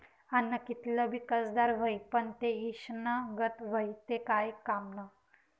आन्न कितलं भी कसदार व्हयी, पन ते ईषना गत व्हयी ते काय कामनं